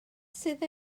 sydd